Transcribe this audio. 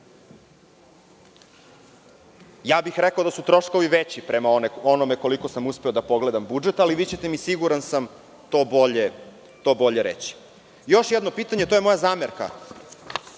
bih da su troškovi veći, prema onom koliko sam uspeo da pogledam budžet, ali vi ćete mi siguran sam, to bolje reći. Još jedno pitanje, to je moja zamerka